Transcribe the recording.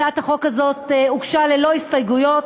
הצעת החוק הזאת הוגשה ללא הסתייגויות,